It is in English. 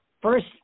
first